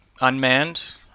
unmanned